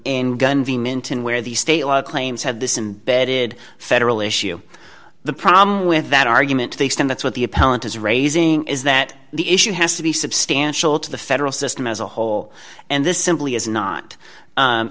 in gun v minton where the state claims have this imbedded federal issue the problem with that argument to the extent that's what the appellant is raising is that the issue has to be substantial to the federal system as a whole and this simply is not